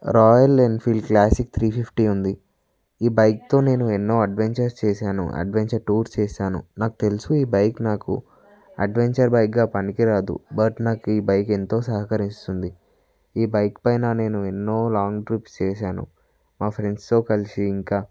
royal Enfield Classic three fifty ఉంది ఈ బైక్తో నేను ఎన్నో అడ్వెంచర్స్ చేశాను అడ్వెంచర్ టూర్స్ చేశాను నాకు తెలుసు ఈ బైక్ నాకు అడ్వెంచర్ బైక్గా పనికిరాదు బట్ నాకు ఈ బైక్ ఎంతో సహకరిస్తుంది ఈ బైక్ పైన నేను ఎన్నో లాంగ్ ట్రిప్స్ చేశాను మా ఫ్రెండ్స్తో కలిసి ఇంకా